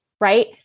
right